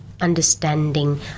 understanding